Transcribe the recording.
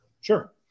Sure